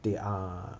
they are